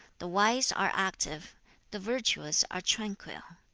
the wise are active the virtuous are tranquil.